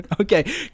Okay